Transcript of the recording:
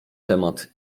temat